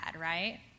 right